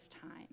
time